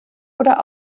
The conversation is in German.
oder